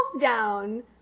down